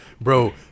bro